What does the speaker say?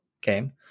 game